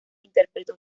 interpretó